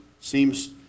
seems